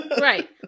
Right